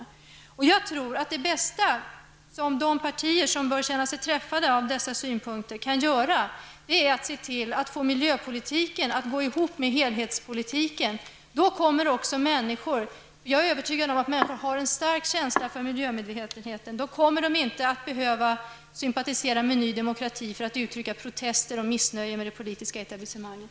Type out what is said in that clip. Jag tror att det bästa som de partier, som bör känna sig träffade av dessa synpunkter, kan göra är att se till att få miljöpolitiken att gå ihop med politiken i helhet. Då behöver inte människorna -- jag är övertygad om att människorna har en stark känsla för miljön -- sympatisera med Ny demokrati för att uttrycka protest mot eller missnöje med det politiska etablissemanget.